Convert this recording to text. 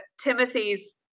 Timothy's